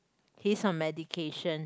he's on medication